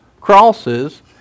crosses